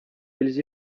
eles